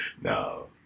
No